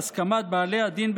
בהסכמת בעלי הדין,